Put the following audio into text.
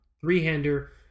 three-hander